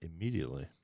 immediately